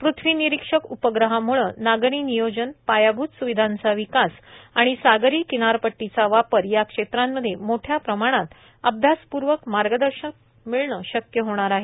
पृथ्वी निरीक्षक उपग्रहामुळं नागरी नियोजन पायाभूत सुविधांचा विकास आणि सागरी किनारपट्टीचा वापर या क्षेत्रांमध्ये मोठ्या प्रमाणात अभ्यासपूर्वक मार्गदर्शन मिळणं शक्य होणार आहे